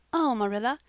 oh, marilla,